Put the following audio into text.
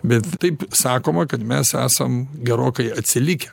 bet taip sakoma kad mes esam gerokai atsilikę